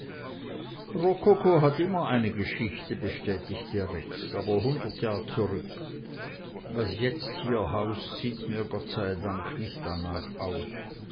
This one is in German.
hat immer eine geschichte bestätigte rex aber hundert jahr zurück was jetzt hier haust sieht mir gott sei dank nicht danach aus